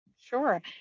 Sure